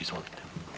Izvolite.